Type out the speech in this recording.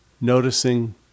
noticing